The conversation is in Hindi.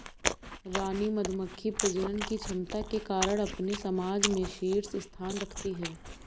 रानी मधुमक्खी प्रजनन की क्षमता के कारण अपने समाज में शीर्ष स्थान रखती है